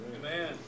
Amen